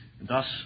Thus